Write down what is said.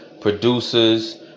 producers